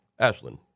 Ashlyn